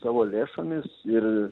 savo lėšomis ir